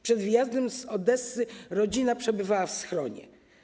Przed wyjazdem z Odessy rodzina przebywała w schronie.